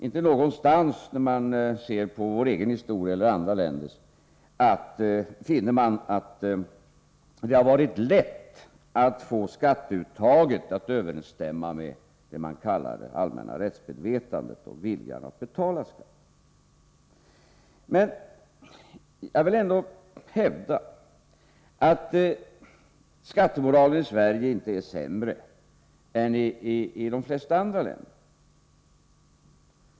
Inte någonstans finner man, när man ser på vår egen historia eller andra länders, att det har varit lätt att få skatteuttaget att överensstämma med vad man kallar det allmänna rättsmedvetandet — och viljan att betala skatt. Men jag vill ändå hävda att skattemoralen inte är sämre i Sverige än i de flesta andra länder.